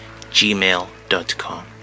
gmail.com